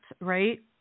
right